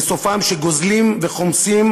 וסופם שגוזלים וחומסים,